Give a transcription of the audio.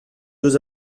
deux